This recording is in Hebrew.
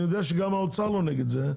אני יודע שגם האוצר לא נגד זה.